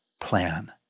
plan